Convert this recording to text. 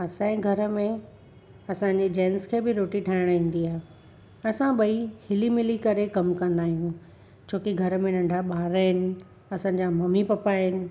असांजे घर में असांजे जैन्स खे बि रोटी ठाहिणु ईंदी आहे असां ॿई हिली मिली करे कमु कंदा आहियूं छोकी घर में नंढा ॿार आहिनि असांजा मम्मी पापा आहिनि